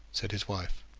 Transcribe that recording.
said his wife.